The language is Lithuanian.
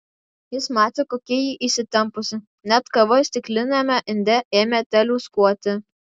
jis matė kokia ji įsitempusi net kava stikliniame inde ėmė teliūskuoti